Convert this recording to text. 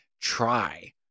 try